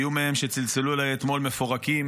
היו מהם שצלצלו אליי אתמול מפורקים,